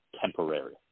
temporary